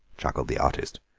chuckled the artist.